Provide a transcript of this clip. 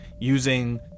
using